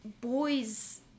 boys